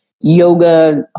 yoga